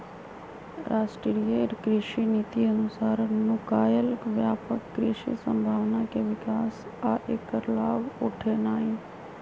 राष्ट्रीय कृषि नीति अनुसार नुकायल व्यापक कृषि संभावना के विकास आ ऐकर लाभ उठेनाई